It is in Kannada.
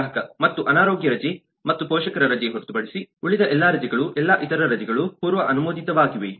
ಗ್ರಾಹಕ ಮತ್ತು ಅನಾರೋಗ್ಯ ರಜೆ ಮತ್ತು ಪೋಷಕರ ರಜೆ ಹೊರತುಪಡಿಸಿ ಉಳಿದ ಎಲ್ಲಾ ರಜೆಗಳು ಎಲ್ಲಾ ಇತರ ರಜೆಗಳು ಪೂರ್ವ ಅನುಮೋದಿತವಾಗಿವೆ